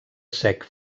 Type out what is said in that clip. sec